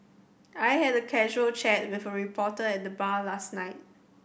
I had a casual chat with a reporter at the bar last night